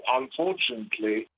unfortunately